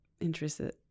interested